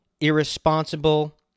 irresponsible